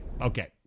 Okay